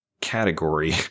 category